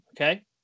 Okay